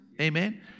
Amen